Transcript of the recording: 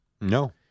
No